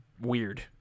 Weird